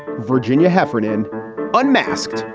virginia heffernan unmasked.